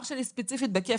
אח שלי ספציפית בכיף,